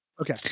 Okay